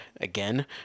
again